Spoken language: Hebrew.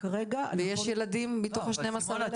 ויש ילדים מתוך ה-12 אלף?